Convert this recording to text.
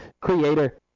creator